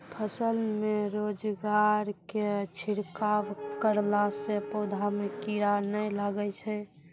फसल मे रोगऽर के छिड़काव करला से पौधा मे कीड़ा नैय लागै छै?